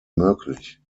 möglich